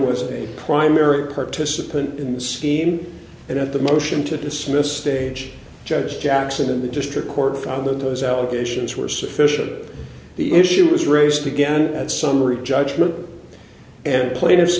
was a primary participant in the scheme and at the motion to dismiss stage judge jackson and the district court found those allegations were sufficient that the issue was raised again at summary judgment and pla